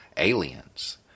aliens